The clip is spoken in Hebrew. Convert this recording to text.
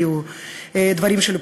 היו דברים של פוליטיקאים,